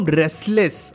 restless